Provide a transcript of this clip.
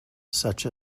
such